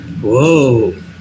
Whoa